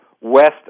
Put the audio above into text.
west